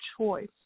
choice